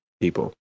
people